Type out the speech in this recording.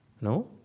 No